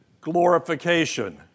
glorification